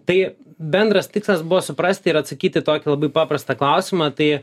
tai bendras tikslas buvo suprasti ir atsakyt į tokį labai paprastą klausimą tai